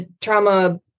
trauma